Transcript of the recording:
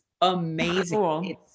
amazing